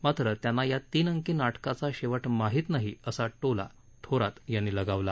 मात्र त्यांना या तीन अंकी नाटकाचा शेवट माहीत नाही असा टोला थोरात यांनी लगावला